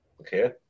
okay